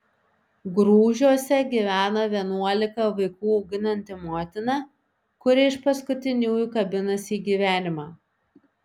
grūžiuose gyvena vienuolika vaikų auginanti motina kuri iš paskutiniųjų kabinasi į gyvenimą